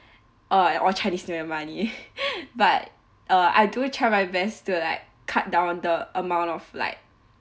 uh or chinese new year money but uh I do try my best to like cut down on the amount of like